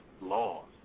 laws